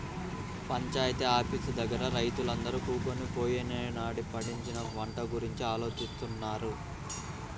panchayat office దగ్గర రైతులందరూ కూకొని పోయినేడాది పండించిన పంట గురించి ఆలోచిత్తన్నారు